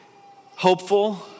hopeful